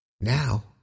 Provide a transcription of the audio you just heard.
now